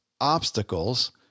obstacles